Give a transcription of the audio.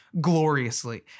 gloriously